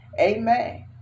Amen